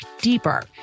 deeper